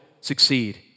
succeed